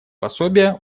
пособия